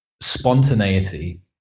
spontaneity